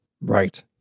Right